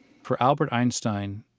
for albert einstein,